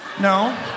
No